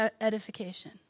edification